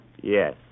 Yes